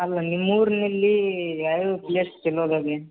ಅಲ್ಲ ನಿಮ್ಮ ಊರಿನಲ್ಲಿ ಯಾವ್ಯಾವ ಪ್ಲೇಸ್ ಚಲೋ ಆಗಿದೆ